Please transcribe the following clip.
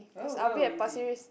cause I will be at Pasir-Ris